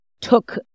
took